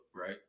right